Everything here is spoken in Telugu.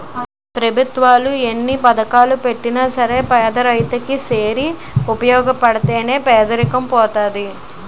పెభుత్వాలు ఎన్ని పథకాలెట్టినా పేదరైతు కి సేరి ఉపయోగపడితే నే పేదరికం పోతది